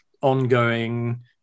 ongoing